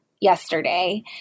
yesterday